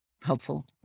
helpful